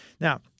Now